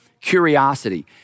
curiosity